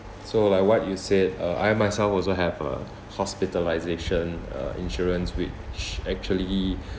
so like what you said uh I myself also have a hospitalisation uh insurance which actually